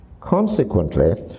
Consequently